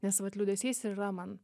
nes vat liūdesys ir yra man